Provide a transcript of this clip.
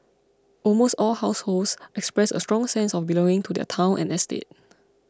almost all households expressed a strong sense of belonging to their town and estate